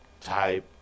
type